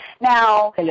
Now